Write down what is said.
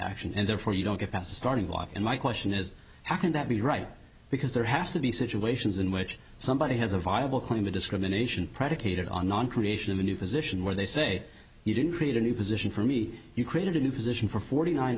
action and therefore you don't get past starting block and my question is how can that be right because there has to be situations in which somebody has a viable claim of discrimination predicated on creation of a new position where they say you didn't create a new position for me you created a new position for forty nine